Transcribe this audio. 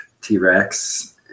T-Rex